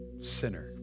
Sinner